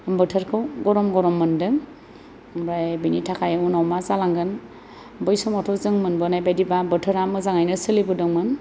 बोथोरखौ गरम गरम मोनदों ओमफ्राय बिनि थाखाय उनाव मा जालांगोन बै समावथ' जों मोनबोनाय बायदिबा बोथोरा मोजाङैनो सोलिबोदोंमोन